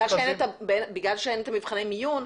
בגלל שאין מבחני הערכה,